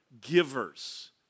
givers